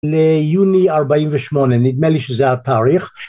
ליוני ארבעים ושמונה נדמה לי שזה התאריך.